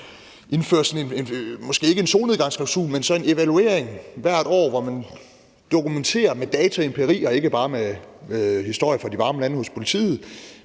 indføre måske ikke en solnedgangsklausul, men så en evaluering hvert år, hvor man dokumenterer med data og empiri og ikke bare med historier fra de varme lande hos politiet,